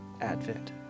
Advent